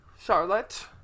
Charlotte